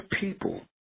people